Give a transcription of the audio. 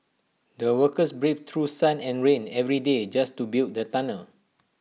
the workers braved through sun and rain every day just to build the tunnel